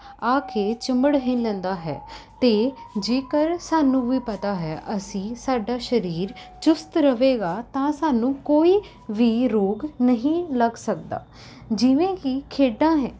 ਆ ਕੇ ਚਿੰਬੜ ਹੀ ਲੈਂਦਾ ਹੈ ਅਤੇ ਜੇਕਰ ਸਾਨੂੰ ਵੀ ਪਤਾ ਹੈ ਅਸੀਂ ਸਾਡਾ ਸਰੀਰ ਚੁਸਤ ਰਹੇਗਾ ਤਾਂ ਸਾਨੂੰ ਕੋਈ ਵੀ ਰੋਗ ਨਹੀਂ ਲੱਗ ਸਕਦਾ ਜਿਵੇਂ ਕਿ ਖੇਡਾਂ ਹੈ